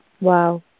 Wow